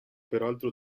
peraltro